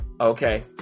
Okay